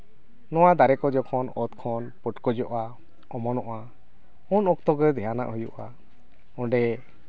ᱱᱚᱣᱟ ᱫᱟᱨᱮ ᱠᱷᱚᱱ ᱡᱚᱠᱷᱚᱱ ᱚᱛ ᱠᱷᱚᱱ ᱯᱚᱴᱠᱚᱡᱚᱜᱼᱟ ᱚᱢᱚᱱᱚᱜᱼᱟ ᱩᱱ ᱚᱠᱛᱚ ᱜᱮ ᱫᱷᱮᱭᱟᱱᱟᱜ ᱦᱩᱭᱩᱜᱼᱟ ᱚᱸᱰᱮ